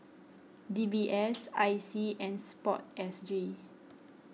D B S I C and Sport S G